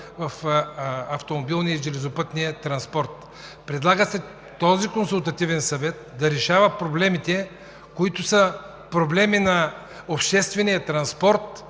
в автомобилния и железопътния транспорт. Предлага се този Консултативен съвет да решава проблемите, които са проблеми на обществения транспорт